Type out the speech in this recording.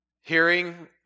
hearing